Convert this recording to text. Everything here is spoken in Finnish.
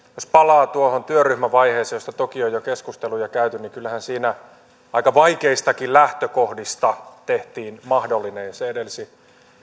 jos palaa tuohon työryhmävaiheeseen josta toki on jo keskusteluja käyty niin kyllähän siinä aika vaikeistakin lähtökohdista tehtiin mahdollinen ja sitä edelsi